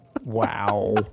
Wow